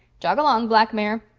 jog along, black mare.